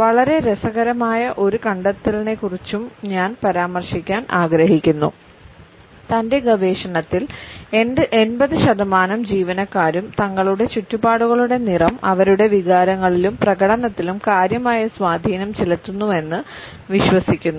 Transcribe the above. വളരെ രസകരമായ ഒരു കണ്ടെത്തലിനെക്കുറിച്ചും ഞാൻ പരാമർശിക്കാൻ ആഗ്രഹിക്കുന്നു തന്റെ ഗവേഷണത്തിൽ 80 ശതമാനം ജീവനക്കാരും തങ്ങളുടെ ചുറ്റുപാടുകളുടെ നിറം അവരുടെ വികാരങ്ങളിലും പ്രകടനത്തിലും കാര്യമായ സ്വാധീനം ചെലുത്തുന്നുവെന്ന് വിശ്വസിക്കുന്നു